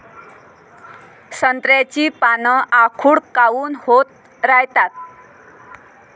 संत्र्याची पान आखूड काऊन होत रायतात?